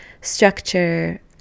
structure